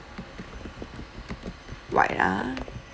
white ah